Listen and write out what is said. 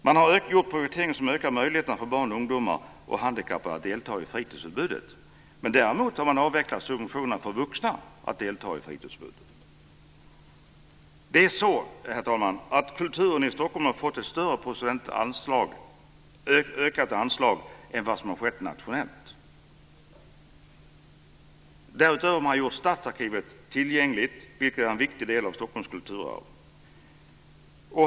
Man har gjort en prioritering som ökar möjligheterna för barn, ungdomar och handikappade att ta del av fritidsutbudet. Däremot har man avvecklat subventionerna för vuxna när det gäller fritidsutbudet. Det är så, herr talman, att kulturen i Stockholm har fått en större procentuell ökning av anslaget än vad som skett nationellt. Därutöver har man gjort Stadsarkivet tillgängligt - ytterligare en viktig del av Stockholms kulturarv.